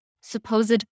supposed